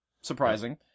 Surprising